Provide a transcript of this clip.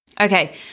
Okay